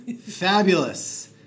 Fabulous